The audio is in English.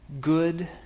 good